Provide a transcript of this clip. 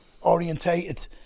Orientated